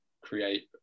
create